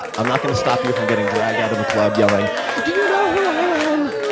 i'm not going to stop you from getting dragged out of a club yelling do you know who i am?